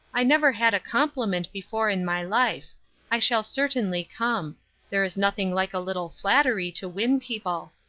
i never had a compliment before in my life i shall certainly come there is nothing like a little flattery to win people.